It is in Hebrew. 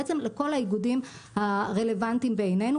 בעצם לכל האיגודים הרלוונטיים בעינינו,